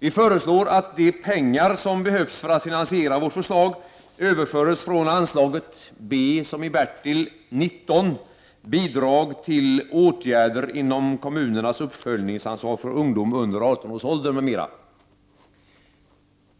Vi föreslår att de pengar som behövs för att finansiera vårt förslag överförs från anslaget B19 Bidrag till åtgärder inom kommunernas uppföljningsansvar för ungdom under 18 år m.m.